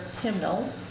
hymnal